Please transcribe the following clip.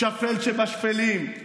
שפל שבשפלים,